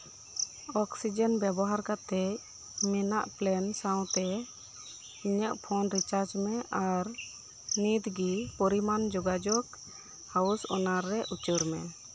oxygen ᱵᱮᱵᱚᱦᱟᱨ ᱠᱟᱛᱮᱜ ᱢᱮᱱᱟᱜ ᱯᱞᱮᱱ ᱥᱟᱶᱛᱮ ᱤᱧᱟᱹᱜ ᱯᱷᱳᱱ ᱨᱤᱪᱟᱨᱡ ᱢᱮ ᱟᱨ ᱢᱤᱫᱜᱮ ᱯᱚᱨᱤᱢᱟᱱ ᱡᱳᱜᱟᱡᱳᱜ ᱦᱟᱣᱩᱥ ᱚᱱᱟᱨᱮ ᱩᱪᱟᱹᱲ ᱢᱮ